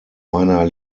meiner